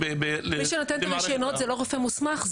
מי שנותן את הרשיונות זה לא רופא מוסמך,